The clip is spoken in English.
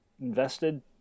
invested